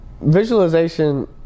visualization